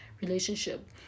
relationship